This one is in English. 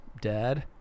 Dad